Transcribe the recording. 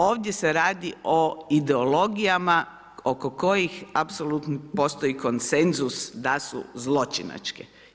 Ovdje se radi o ideologijama oko kojih apsolutno postoji konsenzus da su zločinačke.